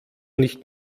nicht